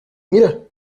mira